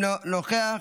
אינו נוכח,